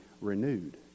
renewed